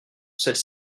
celle